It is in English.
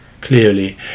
Clearly